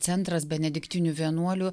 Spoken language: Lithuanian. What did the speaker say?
centras benediktinių vienuolių